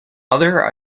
other